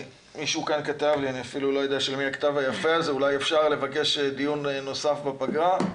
מישהו כאן כתב לי: אולי אפשר לבקש דיון נוסף בפגרה?